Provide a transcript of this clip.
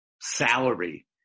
salary